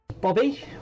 Bobby